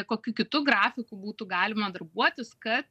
kokiu kitu grafiku būtų galima darbuotis kad